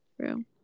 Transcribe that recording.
True